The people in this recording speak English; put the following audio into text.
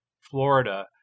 Florida